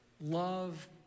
love